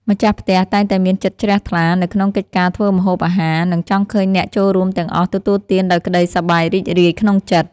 ម្ចាស់ផ្ទះតែងតែមានចិត្តជ្រះថ្លានៅក្នុងកិច្ចការធ្វើម្ហូបអាហារ និងចង់ឃើញអ្នកចូលរួមទាំងអស់ទទួលទានដោយក្តីសប្បាយរីករាយក្នុងចិត្ត។